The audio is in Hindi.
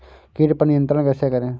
कीट पर नियंत्रण कैसे करें?